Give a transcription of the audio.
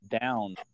down